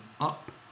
up